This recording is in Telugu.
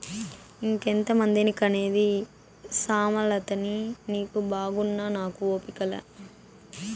ఇంకెంతమందిని కనేది సామలతిని నీకు బాగున్నా నాకు ఓపిక లా